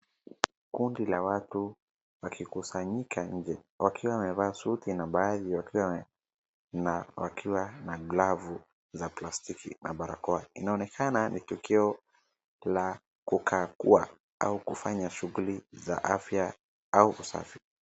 Kundi la watu wakikusanyika nje, wakiwa wamevaa suti na baadhi wakiwa na glavu za plastiki na barakoa. Inaonekana ni tokeo la kukagua au kufanya shughuli za afya au usafi.